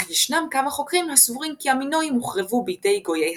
אך ישנם כמה חוקרים הסבורים כי המינואים הוחרבו בידי גויי הים.